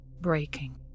breaking